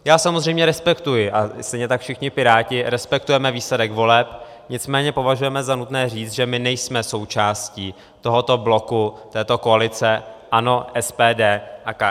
Já samozřejmě respektuji a stejně tak všichni Piráti respektujeme výsledek voleb, nicméně považujeme za nutné říct, že my nejsme součástí tohoto bloku, této koalice ANO, SPD a KSČM.